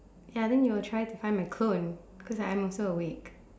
ya then you will try to find my clone cause I am also awake